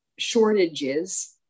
shortages